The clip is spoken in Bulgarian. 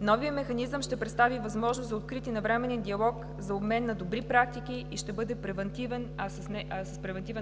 Новият механизъм ще представи възможност за открит и навременен диалог за обмен на добри практики и ще бъде с превантивен,